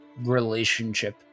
relationship